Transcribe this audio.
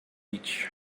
each